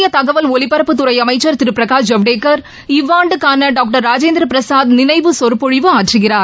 மத்திய தகவல் ஒலிபரப்புத்துறை அமைச்சர் திரு பிரகாஷ் ஜவ்டேகர் இவ்வாண்டுக்கான டாக்டர் ராஜேந்திர பிரசாத் நினைவு சொற்பொழிவு ஆற்றுகிறார்